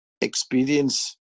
experience